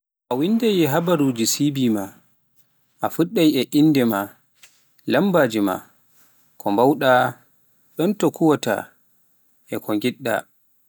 So a wanndai habaaruuji CV maa, a fuddirai e innde ma, lammbaji maa, ko bawwɗa, ɗonto kuuwaata, e ko ngiɗɗa.